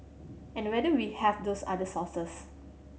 and whether we have those other sources